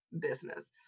business